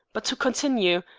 but to continue.